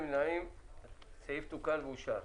הצבעה אושרה.